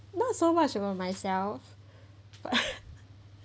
not so much about myself